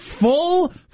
full